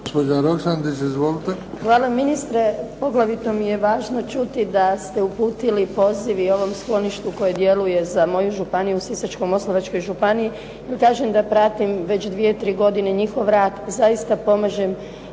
Izvolite. **Roksandić, Ivanka (HDZ)** Hvala ministre. Poglavito mi je važno čuti da ste uputili poziv i ovom skloništu koje djeluje za moju županiju u Sisačko-moslavačkoj županiji i kažem da pratim već dvije godine njihov rad, zaista pomažem,